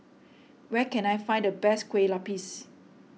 where can I find the best Kueh Lapis